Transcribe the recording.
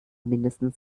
mindestens